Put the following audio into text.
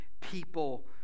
people